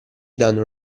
danno